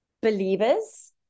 believers